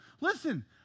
listen